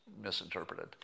misinterpreted